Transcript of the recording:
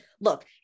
look